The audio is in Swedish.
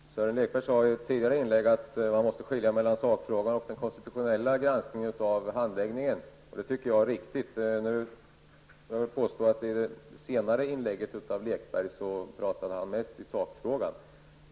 Herr talman! Sören Lekberg sade i ett tidigare inlägg att man måste skilja mellan sakfrågan och den konstitutionella granskningen av handläggningen. Det tycker jag är riktigt. Nu vill jag påstå att Sören Lekbergs senaste inlägg talade mest i sakfrågan.